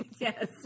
Yes